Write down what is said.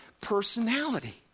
personality